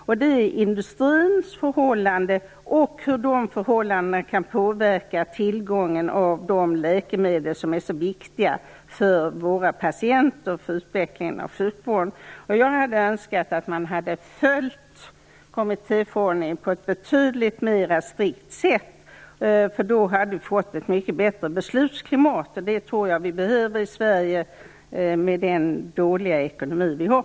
Det gäller industrins förhållanden och hur dessa kan påverka tillgången av de läkemedel som är så viktiga för våra patienter och för sjukvårdens utveckling. Jag hade önskat att man hade följt kommittéförordningen betydligt mera strikt. Vi hade då fått ett mycket bättre beslutsklimat, något som vi behöver i Sverige med den dåliga ekonomi som vi har.